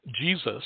Jesus